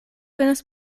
venas